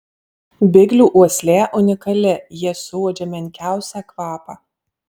biglių uoslė unikali jie suuodžia menkiausią kvapą